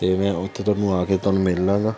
ਅਤੇ ਮੈਂ ਉੱਥੇ ਤੁਹਾਨੂੰ ਆ ਕੇ ਤੁਹਾਨੂੰ ਮਿਲ ਲਵਾਂਗਾ